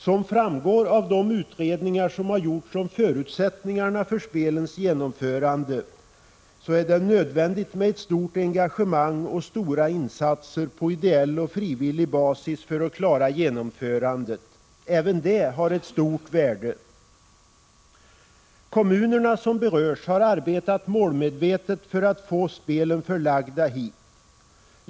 Som framgår av de utredningar som gjorts om förutsättningarna för spelens genomförande är det nödvändigt med ett stort engagemang och stora insatser på ideell och frivillig basis för att klara genomförandet. Även det har ett stort värde. Kommunerna som berörs har arbetat målmedvetet för att få spelen förlagda hit.